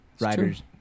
rider's